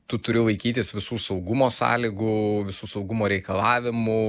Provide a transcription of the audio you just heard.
tu turi laikytis visų saugumo sąlygų visų saugumo reikalavimų